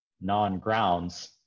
non-grounds